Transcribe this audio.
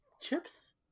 chips